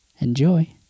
Enjoy